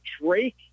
Drake